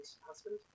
husband